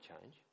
change